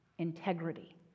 integrity